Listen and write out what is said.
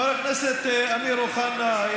חבר הכנסת אמיר אוחנה,